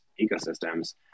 ecosystems